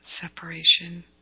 separation